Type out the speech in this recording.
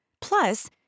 Plus